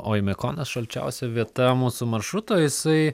oimiakonas šalčiausia vieta mūsų maršruto jisai